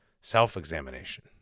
self-examination